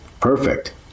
perfect